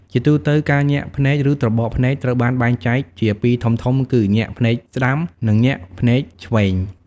ជាទូទៅ ការញាក់ភ្នែក ឬត្របកភ្នែកត្រូវបានបែងចែកជាពីរធំៗ គឺ ញាក់ភ្នែកស្តាំ និងញាក់ភ្នែកឆ្វេង។